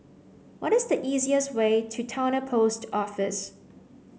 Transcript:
what is the easiest way to Towner Post Office